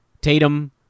Tatum